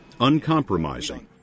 uncompromising